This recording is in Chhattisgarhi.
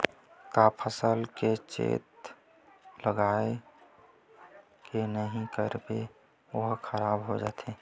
का फसल के चेत लगय के नहीं करबे ओहा खराब हो जाथे?